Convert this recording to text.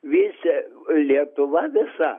visi lietuva visa